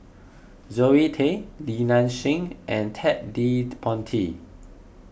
Zoe Tay Li Nanxing and Ted De Ponti